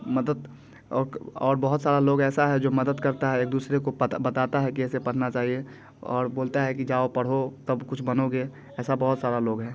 मदद और बहुत सारा लोग ऐसा है जो मदद करता है एक दूसरे को पता बताता है कि ऐसे पढ़ना चाहिए और बोलता है कि जाओ पढ़ो तब कुछ बनोगे ऐसा बहुत सारा लोग हैं